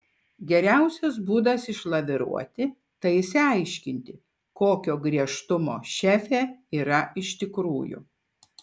geriausias būdas išlaviruoti tai išsiaiškinti kokio griežtumo šefė yra iš tikrųjų